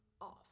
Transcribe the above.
off